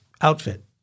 outfit